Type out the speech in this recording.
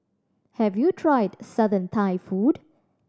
have you tried Southern Thai food